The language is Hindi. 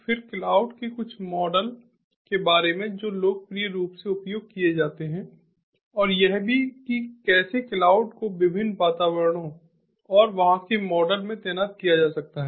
फिर क्लाउड के कुछ मूल मॉडल के बारे में जो लोकप्रिय रूप से उपयोग किए जाते हैं और यह भी कि कैसे क्लाउड को विभिन्न वातावरणों और वहां के मॉडल में तैनात किया जा सकता है